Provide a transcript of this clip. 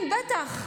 כן, בטח,